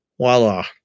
voila